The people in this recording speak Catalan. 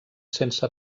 sense